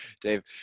dave